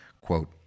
Quote